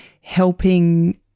helping